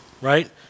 right